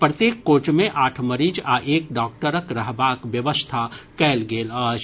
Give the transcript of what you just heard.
प्रत्येक कोच मे आठ मरीज आ एक डॉक्टरक रहबाक व्यवस्था कयल गेल अछि